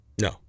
No